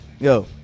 yo